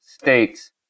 states